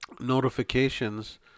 notifications